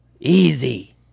Easy